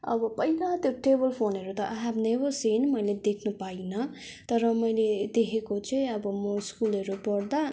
अब पहिला त्यो टेबल फोनहरू त आई ह्याभ नेभर सिन मैले त देख्नु पाइनँ तर मैले देखेको चाहिँ अब म स्कुलहरू पढ्दा